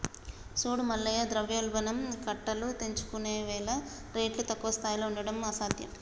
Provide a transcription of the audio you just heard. చూడు మల్లయ్య ద్రవ్యోల్బణం కట్టలు తెంచుకున్నవేల రేట్లు తక్కువ స్థాయిలో ఉండడం అసాధ్యం